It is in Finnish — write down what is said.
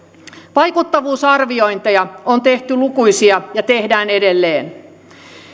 vaikuttavuusarviointeja on tehty lukuisia ja tehdään edelleen